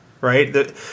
right